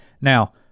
Now